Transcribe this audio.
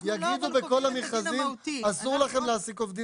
יגידו בכל המכרזים שאסור לכם להעסיק עובדים